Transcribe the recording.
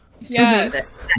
yes